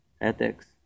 ethics